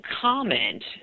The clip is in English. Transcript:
comment